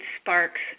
sparks